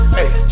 Hey